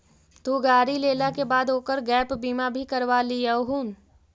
तु गाड़ी लेला के बाद ओकर गैप बीमा भी करवा लियहून